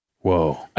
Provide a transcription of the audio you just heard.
Whoa